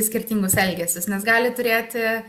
skirtingus elgesius nes gali turėti